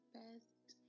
best